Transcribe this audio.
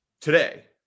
Today